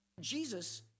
Jesus